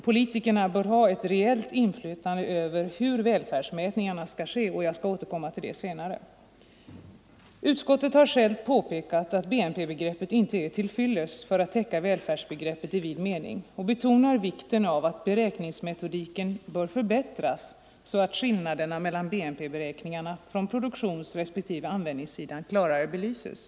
Politikerna bör ha ett reellt inflytande över hur välfärdsmätningarna skall ske. Jag skall återkomma till det senare. Utskottet har påpekat att BNP-begreppet inte är till fyllest för att täcka välfärdsbe greppet i vid mening och betonar vikten av att beräkningsmetodiken - Nr 125 förbättras så att skillnaderna mellan BNP-beräkningarna från produk Onsdagen den tionsrespektive användningssidan klarare belyses.